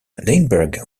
lindbergh